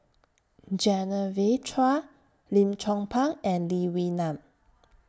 Genevieve Chua Lim Chong Pang and Lee Wee Nam